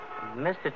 Mr